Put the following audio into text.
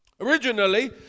originally